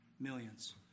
millions